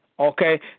Okay